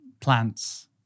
Plants